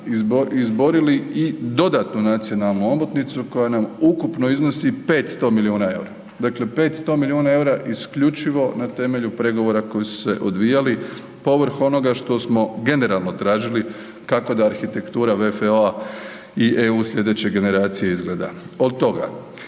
izborili i dodatnu nacionalnu omotnicu koja nam ukupno iznosi 500 milijuna EUR-a, dakle 500 milijuna EUR-a isključivo na temelju pregovora koji su se odvijali povrh onoga što smo generalno tražili kako da arhitektura VFO-a i EU slijedeće generacije izgleda. Od toga